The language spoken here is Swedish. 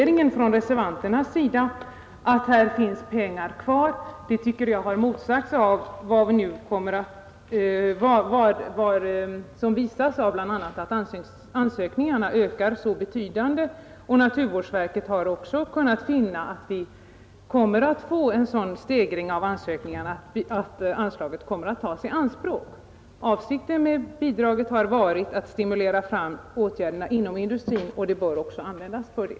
Reservanternas motivering att här finns pengar kvar tycker jag har motsagts av bl.a. det faktum att ansökningarnas antal ökar så betydligt. Naturvårdsverket har också funnit att vi kommer att få en sådan ökning av antalet ansökningar att anslaget kommer att tas i anspråk. Avsikten med bidraget har som jag tidigare sagt varit att stimulera fram åtgärder inom industrin, och det bör också användas till det.